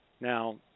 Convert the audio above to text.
Now